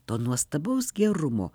to nuostabaus gerumo